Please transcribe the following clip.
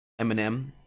Eminem